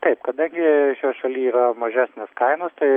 taip kadangi šioj šaly yra mažesnės kainos tai